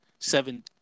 Seven